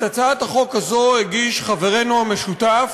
את הצעת החוק הזאת הגיש חברנו המשותף